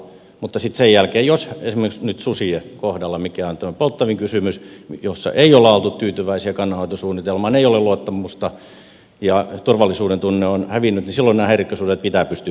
mutta jos sen jälkeen esimerkiksi nyt susien kohdalla mikä on tämä polttavin kysymys jossa ei olla oltu tyytyväisiä kannanhoitosuunnitelmaan ei ole luottamusta ja turvallisuudentunne on hävinnyt niin silloin nämä häirikkösudet pitää pystyä poistamaan